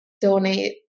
donate